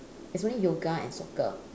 it's only yoga and soccer